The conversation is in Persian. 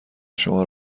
شما